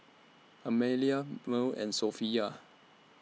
Amalia Mearl and Sophia